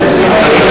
קרה?